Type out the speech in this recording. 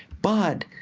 but,